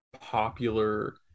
popular